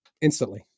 instantly